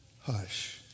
hush